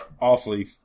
awfully